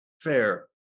fair